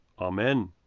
Amen